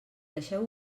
deixeu